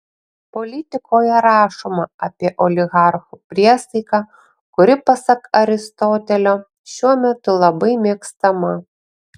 politikoje rašoma apie oligarchų priesaiką kuri pasak aristotelio šiuo metu labai mėgstama